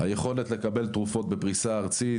היכולת לקבל תרופות בפריסה ארצית,